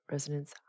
Resonance